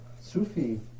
Sufi